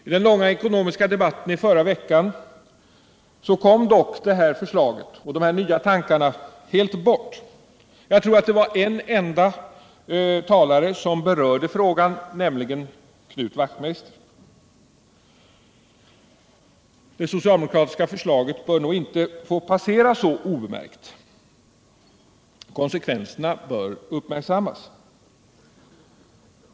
I den långa ekonomiska debatten i förra veckan kom dock detta förslag och dessa nya tankar helt bort. Jag tror att endast en talare berörde frågan, nämligen Knut Wachtmeister. Men det socialdemokratiska förslaget bör nog inte få passera så obemärkt, utan dess konsekvenser bör uppmärksammas.